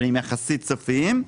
אבל הם סופיים יחסית.